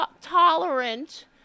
tolerant